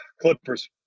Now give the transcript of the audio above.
Clippers